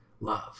love